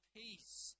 peace